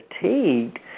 fatigued